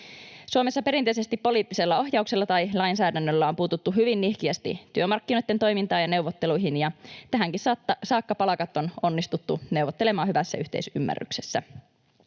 Suomessa perinteisesti poliittisella ohjauksella tai lainsäädännöllä on puututtu hyvin nihkeästi työmarkkinoitten toimintaan ja neuvotteluihin, ja tähänkin saakka palkat on onnistuttu neuvottelemaan hyvässä yhteisymmärryksessä.